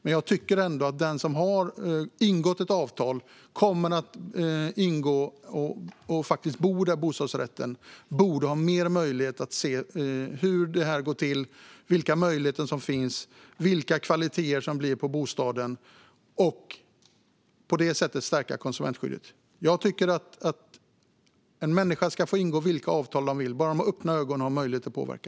Men jag tycker ändå att den som har ingått ett avtal och kommer att bo i bostadsrätten borde ha större möjlighet att se hur det går till, vilka möjligheter som finns och vilka kvaliteter det blir på bostaden. På det sättet stärks konsumentskyddet. Jag tycker att människor ska få ingå vilka avtal de vill, bara de har öppna ögon och möjlighet att påverka.